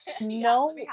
no